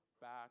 back